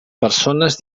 persones